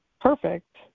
perfect